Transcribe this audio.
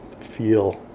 feel